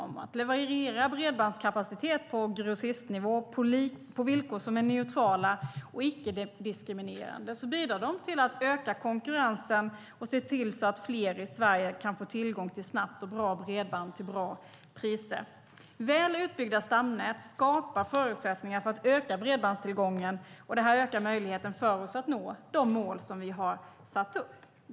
Genom att leverera bredbandskapacitet på grossistnivå på villkor som är neutrala och icke-diskriminerande bidrar de till att öka konkurrensen och se till att fler i Sverige kan få tillgång till snabbt och bra bredband till bra priser. Väl utbyggda stamnät skapar förutsättningar för att öka bredbandstillgången, och det här ökar möjligheten för oss att nå de mål som vi har satt upp.